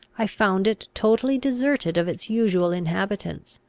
i found it totally deserted of its usual inhabitants.